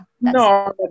No